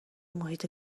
محیط